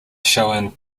shown